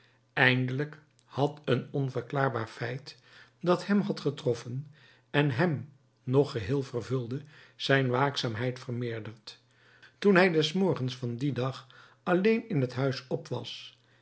eindelijk had een onverklaarbaar feit dat hem had getroffen en hem nog geheel vervulde zijn waakzaamheid vermeerderd toen hij des morgens van dien dag alleen in het huis op was